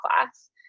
class